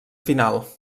final